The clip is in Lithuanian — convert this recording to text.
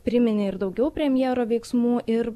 priminė ir daugiau premjero veiksmų ir